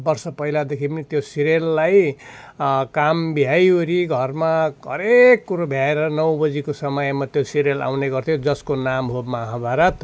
वर्ष पहिलादेखि पनि त्यो सिरियललाई काम भ्याइओरी घरमा हरेक कुरो भ्याएर नौ बजीको समयमा त्यो सिरियल अउने गर्थ्यो जसको नाम हो महाभारत